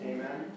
Amen